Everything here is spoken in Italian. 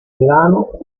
milano